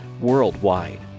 worldwide